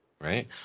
right